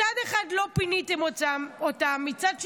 מצד אחד, לא פיניתם אותם ומצד שני,